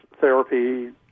therapy